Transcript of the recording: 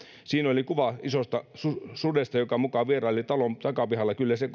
siinä oli kuva isosta sudesta joka muka vieraili talon takapihalla ja kyllä se